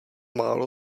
málo